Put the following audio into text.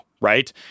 right